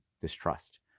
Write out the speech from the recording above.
distrust